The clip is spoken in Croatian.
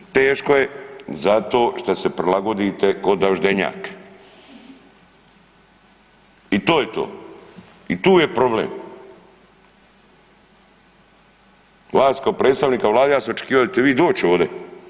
Teško je zato što se prilagodite ko daždevnjak i to je to i tu je problem, vas kao predstavnika Vlade ja sam očekivao da ćete vi doć ovdje.